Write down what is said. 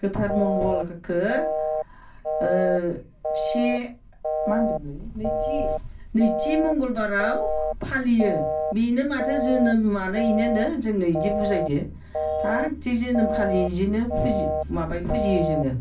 गोथार मंगलखौ से मा होन्दोंमोन लायो नैथि मंगलबाराव फालियो बेनो माथो जोनोमानो बेनो नो जोंनो बिदि बुजायदों थाख थिक जोनोम खालि बिदिनो फुजि माबायो फुजियो जोङो